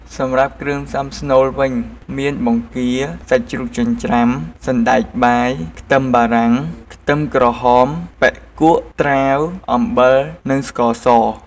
សម្រាប់គ្រឿងផ្សំស្នូលវិញមាន បង្គា សាច់ជ្រូកចិញ្ច្រាំ សណ្តែកបាយ ខ្ទឹមបារាំង ខ្ទឹមក្រហម បុិកួៈ ត្រាវ អំបិល និងស្ករស។